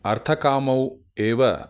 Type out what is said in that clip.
अर्थकामौ एव